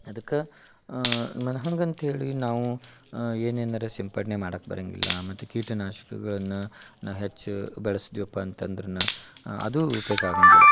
ಅದಕ್ಕೆ ನಾನು ಹಂಗೆ ಅಂತೇಳಿ ನಾವು ಏನೇನರ ಸಿಂಪಡಣೆ ಮಾಡಕ್ಕೆ ಬರಂಗಿಲ್ಲ ಮತ್ತು ಕೀಟನಾಶಕಗಳನ್ನ ನಾವು ಹೆಚ್ಚು ಬಳಸ್ದ್ವಿಪ್ಪ ಅಂತಂದ್ರ ನಾ ಅದು ಬೇಕಾಗಂಗಿಲ್ಲ